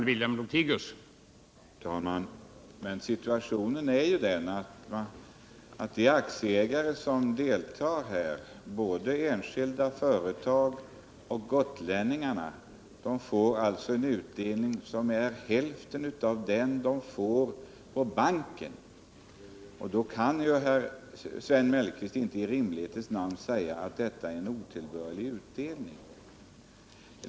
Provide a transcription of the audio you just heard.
Herr talman! Men situationen är den att de aktieägare som är berörda här — både enskilda företagare och gotlänningar — får en utdelning som är hälften av den de får på banken. Då kan Sven Mellqvist inte i rimlighetens namn säga att detta är en otillbörligt stor utdelning.